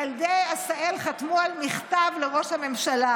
ילדי עשהאל חתמו על מכתב לראש הממשלה,